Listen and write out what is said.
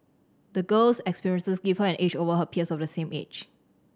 the girl's experiences gave her an edge over her peers of the same age